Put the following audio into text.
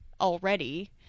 already